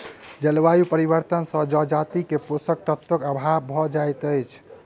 जलवायु परिवर्तन से जजाति के पोषक तत्वक अभाव भ जाइत अछि